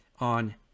on